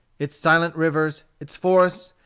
its silent rivers, its forests,